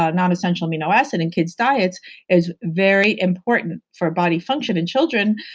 ah non essential amino acid in kids' diets is very important for body function in children.